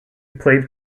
played